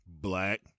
Black